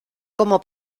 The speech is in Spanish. como